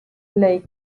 lake